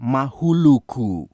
Mahuluku